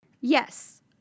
Yes